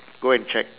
go and check